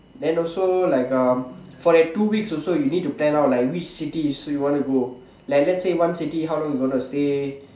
then also like um for that two weeks also you need to plan out like which cities you want to go like let's say one city how long you gonna stay